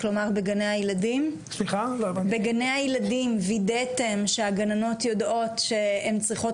בגני הילדים וידאתם שהגננות יודעות שהן צריכות